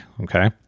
okay